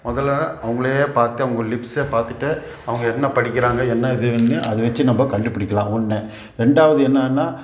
முதல்ல அவங்களை பார்த்து அவங்க லிப்ஸை பார்த்துட்டு அவங்க என்ன படிக்கிறாங்க என்ன இதுன்னு அதை வைச்சி நம்ம கண்டுபிடிக்கலாம் ஒன்று ரெண்டாவது என்னன்னா